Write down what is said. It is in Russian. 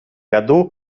году